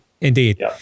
Indeed